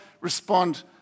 respond